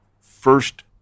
first